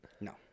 No